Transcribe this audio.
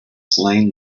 slain